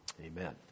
amen